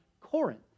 Corinth